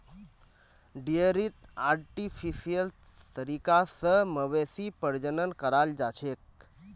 डेयरीत आर्टिफिशियल तरीका स मवेशी प्रजनन कराल जाछेक